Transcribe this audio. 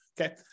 Okay